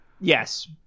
Yes